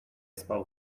spał